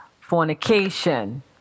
fornication